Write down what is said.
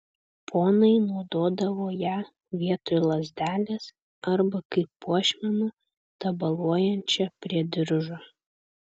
ponai naudodavo ją vietoj lazdelės arba kaip puošmeną tabaluojančią prie diržo